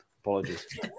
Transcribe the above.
Apologies